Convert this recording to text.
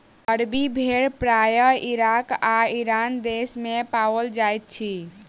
अरबी भेड़ प्रायः इराक आ ईरान देस मे पाओल जाइत अछि